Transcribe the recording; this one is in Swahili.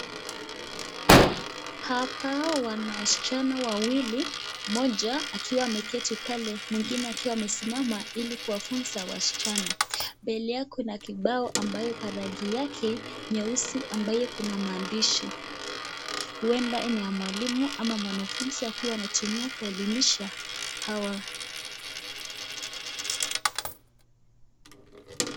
Hawa wasichana wawili mmoja akiwa ameketi pale mwingine akiwa amesimama ili kuwafunza wasichana. Mbele yao kuna kibao ambayo rangi yake nyeusi ambayo kuna maandishi. Huenda ni ya mwalimu ama wanafunzi anao tumia kuelimisha hawa.